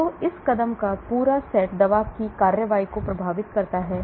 तो इस कदम का पूरा सेट दवा की कार्रवाई को प्रभावित करता है